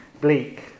bleak